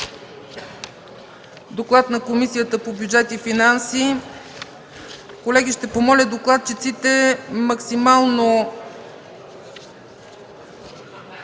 Доклад на Комисията по бюджет и финанси. Колеги, моля докладчиците максимално